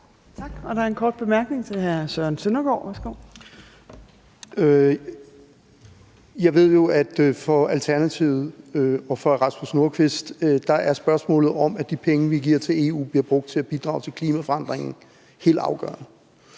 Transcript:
Jeg ved jo, at for Alternativet og for hr. Rasmus Nordqvist er spørgsmålet om, at de penge, vi giver til EU, bliver brugt til at bidrage til at afhjælpe klimaforandringen, helt afgørende.